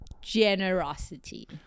generosity